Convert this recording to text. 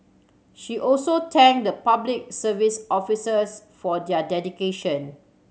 she also thanked the Public Service officers for their dedication